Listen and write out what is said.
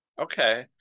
Okay